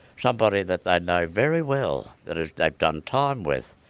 somebody that they know very well, that ah they've done time with,